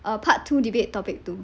uh part two debate topic two